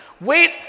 Wait